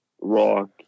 rock